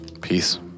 Peace